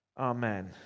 Amen